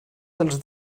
dels